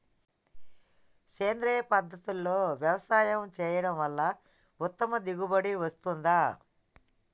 సేంద్రీయ పద్ధతుల్లో వ్యవసాయం చేయడం వల్ల ఉత్తమ దిగుబడి వస్తుందా?